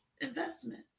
Investment